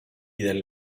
del